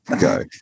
go